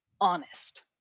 honest